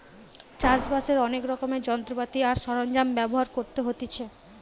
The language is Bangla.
চাষ বাসের অনেক রকমের যন্ত্রপাতি আর সরঞ্জাম ব্যবহার করতে হতিছে